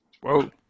Whoa